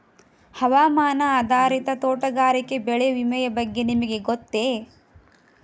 ಹವಾಮಾನ ಆಧಾರಿತ ತೋಟಗಾರಿಕೆ ಬೆಳೆ ವಿಮೆಯ ಬಗ್ಗೆ ನಿಮಗೆ ಗೊತ್ತೇ?